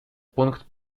пункт